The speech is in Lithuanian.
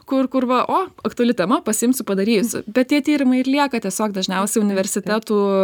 kur kur va o aktuali tema pasiimsiu padarysiu bet tie tyrimai ir lieka tiesiog dažniausiai universitetų